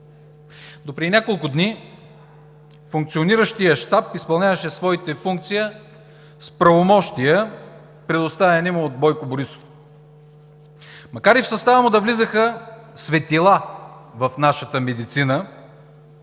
Допреди няколко дни функциониращият щаб изпълняваше своята функция с правомощия, предоставени му от Бойко Борисов. Макар и в състава му да влизаха светила в нашата медицина,